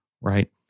right